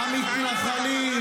בוא ספר לי.